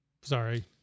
Sorry